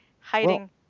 hiding